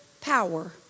power